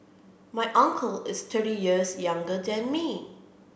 my uncle is thirty years younger than me